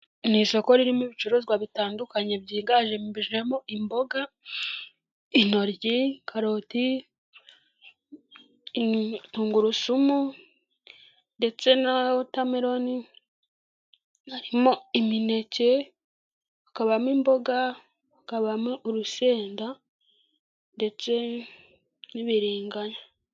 Ni isoko ririmo ibicuruzwa bitandukanye byiganjemo imboga, intoryi, karoti, tungurusumu ndetse na wotameroni. Harimo imineke, hakabamo imboga, hakabamo urusenda ndetse n'ibiringanya.